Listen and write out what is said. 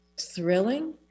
thrilling